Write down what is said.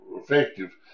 effective